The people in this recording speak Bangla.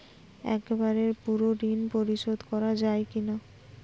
একবারে পুরো ঋণ পরিশোধ করা যায় কি না?